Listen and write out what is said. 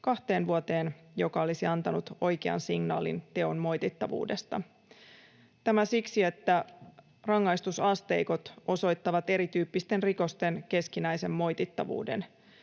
kahteen vuoteen, joka olisi antanut oikean signaalin teon moitittavuudesta. Tämä siksi, että rangaistusasteikot osoittavat erityyppisten rikosten keskinäisen moitittavuuden.